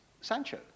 Sancho